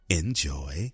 enjoy